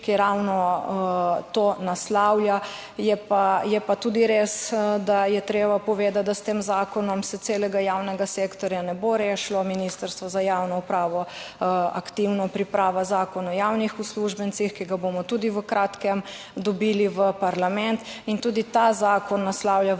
ki ravno to naslavlja, je pa, je pa tudi res, da je treba povedati, da s tem zakonom se celega javnega sektorja ne bo rešilo. Ministrstvo za javno upravo aktivno pripravlja Zakon o javnih uslužbencih, ki ga bomo tudi v kratkem dobili v parlament, in tudi ta zakon naslavlja vrsto